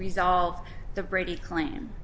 resolve the brady claim